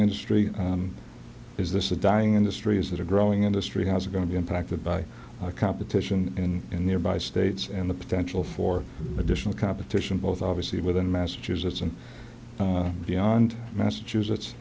industry is this a dying industry is that a growing industry has going to be impacted by competition in and thereby states and the potential for additional competition both obviously within massachusetts and beyond massachusetts